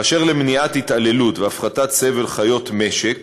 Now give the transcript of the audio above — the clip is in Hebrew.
אשר למניעת התעללות והפחתת סבל של חיות משק,